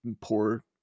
poor